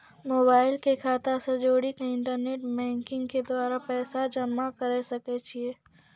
Mobile के खाता से जोड़ी के इंटरनेट बैंकिंग के द्वारा पैसा जमा करे सकय छियै?